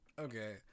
Okay